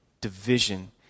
division